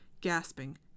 gasping